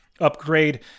upgrade